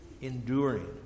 enduring